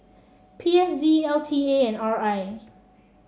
P S D L T A and R I